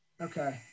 Okay